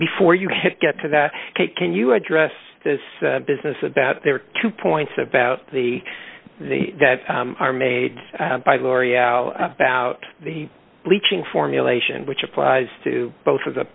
before you head get to that can you address this business about there are two points about the the that are made by l'oreal about the bleaching formulation which applies to both of the